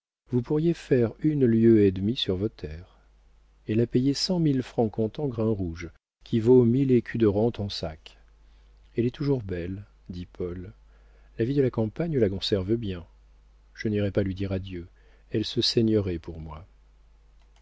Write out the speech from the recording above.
vous pourriez faire une lieue et demie sur vos terres elle a payé cent mille francs comptant grainrouge qui vaut mille écus de rente en sac elle est toujours belle dit paul la vie de la campagne la conserve bien je n'irai pas lui dire adieu elle se saignerait pour moi